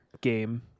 game